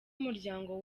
umuryango